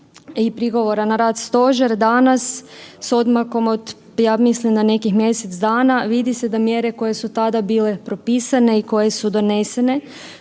i prigovora na rad stožera, danas s odmakom od, ja mislim, na nekih mjesec dana, vidi se da mjere koje su tada bile propisane i koje su donesene